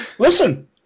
Listen